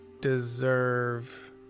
deserve